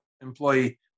employee